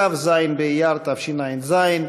כ"ז באייר תשע"ז,